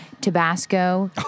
Tabasco